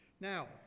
Now